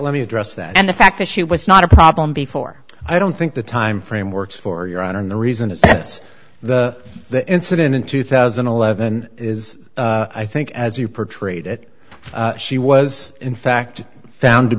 let me address that and the fact that she was not a problem before i don't think the time frame works for your honor and the reason is this the incident in two thousand and eleven is i think as you portray that she was in fact found to